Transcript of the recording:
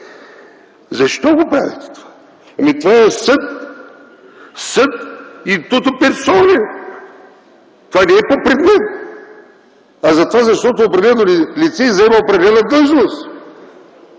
защо го правите това? Ами, това е съд – съд „ин туиту персоне”! Това не е по предмет, а е затова защото определено лице заема определена длъжност.